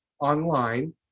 online